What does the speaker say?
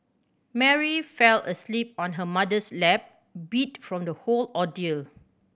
Mary fell asleep on her mother's lap beat from the whole ordeal